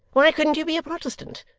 why couldn't you be a protestant,